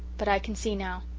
but i can see now.